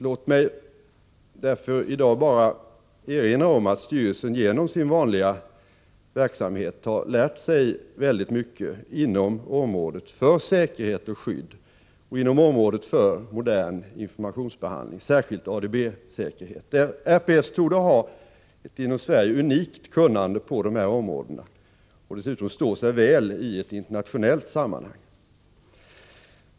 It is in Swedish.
Låt mig i dag därför bara erinra om att styrelsen genom sin vanliga verksamhet har lärt sig väldigt mycket inom området för säkerhet och skydd och inom området för modern informationsbehandling, särskilt ADB-säkerhet. RPS torde ha ett inom Sverige unikt kunnande på de här områdena och dessutom stå sig väl vid en internationell jämförelse.